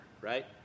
right